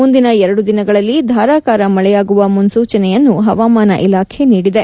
ಮುಂದಿನ ಎರಡು ದಿನಗಳಲ್ಲಿ ಧಾರಾಕಾರ ಮಳೆಯಾಗುವ ಮುನ್ನೂಚನೆಯನ್ನು ಹವಾಮಾನ ಇಲಾಖೆ ನೀಡಿದೆ